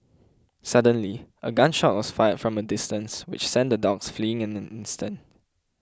suddenly a gun shot was fired from a distance which sent the dogs fleeing in an instant